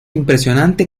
impresionante